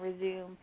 resume